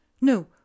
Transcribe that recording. no